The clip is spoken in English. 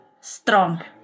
strong